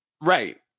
Right